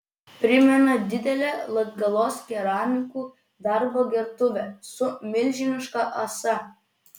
primena didelę latgalos keramikų darbo gertuvę su milžiniška ąsa